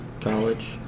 College